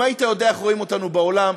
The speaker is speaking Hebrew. אם היית יודע איך רואים אותנו בעולם,